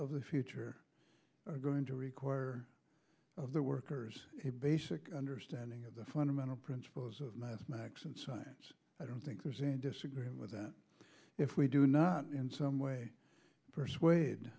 of the future going to require of the workers a basic understanding of the fundamental principles of mathematics and science i don't think there's any disagreement with that if we do not in some way persuade